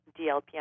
DLPM